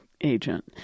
agent